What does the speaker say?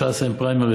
בש"ס אין פריימריז,